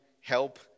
help